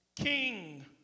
King